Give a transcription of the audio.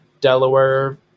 Delaware